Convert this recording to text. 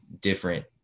different